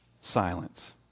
silence